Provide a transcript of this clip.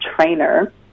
trainer